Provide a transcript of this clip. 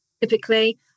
typically